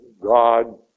God